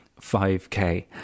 5k